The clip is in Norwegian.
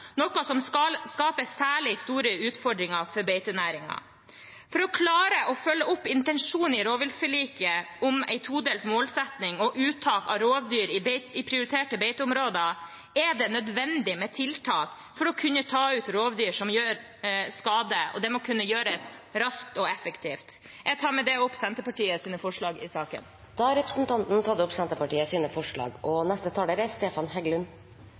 noe som skaper særlig store utfordringer for beitenæringene. For å klare å følge opp intensjonen i rovviltforliket om en todelt målsetting og uttak av rovdyr i prioriterte beiteområder er det nødvendig med tiltak for å kunne ta ut rovdyr som gjør skade. Det må også kunne gjøres raskt og effektivt. Jeg tar med det opp Senterpartiets forslag i saken. Representanten Sandra Borch har tatt opp de forslagene hun refererte til. Norsk rovdyrforvaltning bygger på den todelte målsettingen: ansvarlig forvaltning av de store rovdyrene og